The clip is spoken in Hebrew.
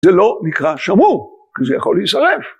זה לא נקרא שמור, כי זה יכול להישרף.